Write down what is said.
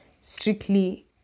strictly